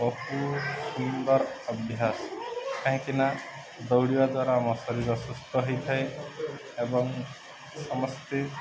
ବହୁତ ସୁନ୍ଦର ଅଭ୍ୟାସ କାହିଁକିନା ଦୌଡ଼ିବା ଦ୍ୱାରା ଆମ ଶରୀର ସୁସ୍ଥ ହେଇଥାଏ ଏବଂ ସମସ୍ତେ